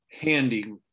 handy